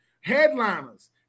headliners